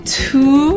two